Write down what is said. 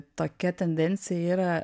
tokia tendencija yra